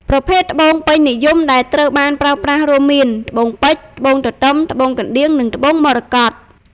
ប្រភេទត្បូងពេញនិយមដែលត្រូវបានប្រើប្រាស់រួមមាន ត្បូងពេជ្រ ត្បូងទទឹម ត្បូងកណ្ដៀង និងត្បូងមរកត។